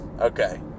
okay